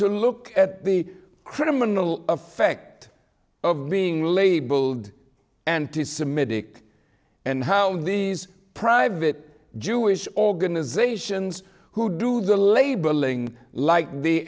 to look at the criminal effect of being labeled anti semitic and how these private jewish organizations who do the labeling like the